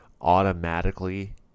automatically